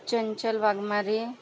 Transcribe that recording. Chanchal Waghmare